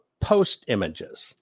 post-images